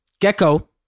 gecko